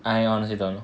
I honestly don't know